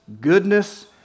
goodness